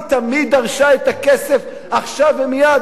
היא תמיד דרשה את הכסף עכשיו ומייד,